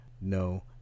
no